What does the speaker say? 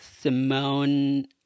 Simone